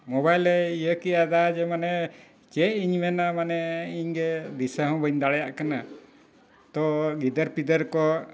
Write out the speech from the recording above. mobile ᱤᱭᱟᱹ ᱠᱮᱫᱟ ᱡᱮ ᱢᱟᱱᱮ ᱪᱮᱫ ᱤᱧ ᱢᱮᱱᱟ ᱢᱟᱱᱮ ᱤᱧᱜᱮ ᱫᱤᱥᱟᱹ ᱦᱚᱸ ᱵᱟᱹᱧ ᱫᱟᱲᱮᱭᱟᱜ ᱠᱟᱱᱟ ᱛᱚ ᱜᱤᱫᱟᱹᱨ ᱯᱤᱫᱟᱹᱨ ᱠᱚ